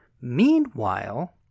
Meanwhile